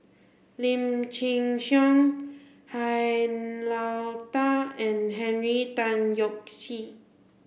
Lim Chin Siong Han Lao Da and Henry Tan Yoke See